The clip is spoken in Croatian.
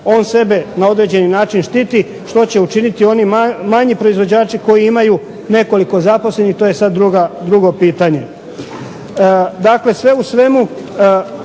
on sebe na određeni način štiti, što će učiniti oni manji proizvođači koji imaju nekoliko zaposlenih, to je sad drugo pitanje. Dakle sve u svemu,